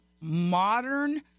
modern